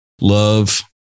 love